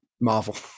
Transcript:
marvel